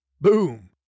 boom